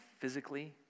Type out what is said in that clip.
physically